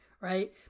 right